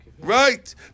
Right